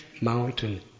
mountain